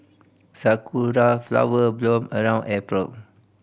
sakura flower bloom around April